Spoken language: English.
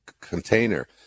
container